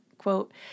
quote